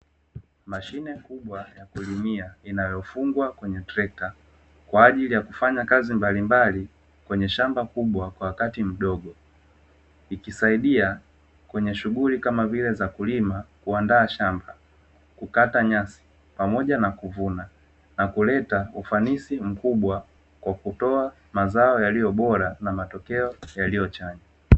Mashine kubwa ya kulimia inayofungwa kwenye trekta kwa ajili ya kufanya kazi mbalimbali kwenye shamba kubwa kwa wakati mdogo. Ikisaidia kweye shughuli kama vile za: kulima, kuandaa shamba, kukata nyasi pamoja na kuvuna; na kuleta ufanisi mkubwa kwa kutoa mazao yaliyo bora na matokeo yaliyo chanya.